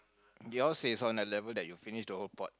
yours is on that level that you finish the whole pot